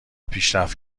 پیشرفت